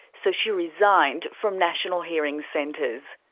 so she resigned from national hearing centres.